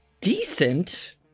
Decent